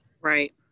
right